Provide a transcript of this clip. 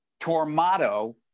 Tormato